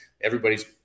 everybody's